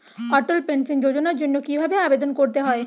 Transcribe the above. অটল pension যোজনার জন্য কি ভাবে আবেদন করতে হয়?